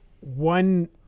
one